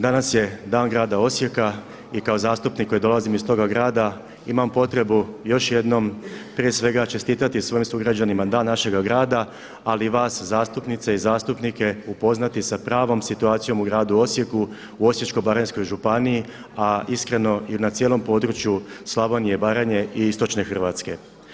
Danas je Dan grada Osijek i kao zastupnik koji dolazim iz toga grada imam potrebu još jednom prije svega čestitati svojim sugrađanima dan našega grada ali i vas zastupnice i zastupnike upoznati sa pravom situacijom u gradu Osijeku, u Osječko-baranjskoj županiji a iskreno i na cijelom području Slavonije i Baranje i istočne Hrvatske.